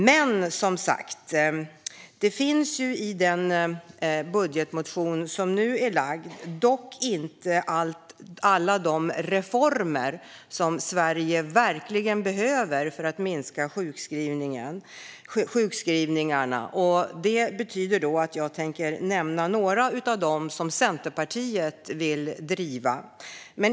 I den budgetmotion som nu föreligger finns dock inte alla de reformer som Sverige verkligen behöver för att minska sjukskrivningarna. Därför tänker jag nämna några reformer som Centerpartiet vill driva.